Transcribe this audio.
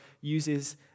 uses